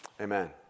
Amen